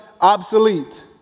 obsolete